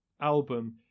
album